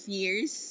years